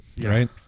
right